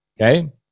okay